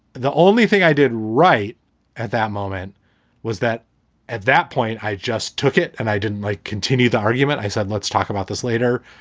the only thing i did right at that moment was that at that point i just took it and i didn't like continue the argument. i said, let's talk about this later.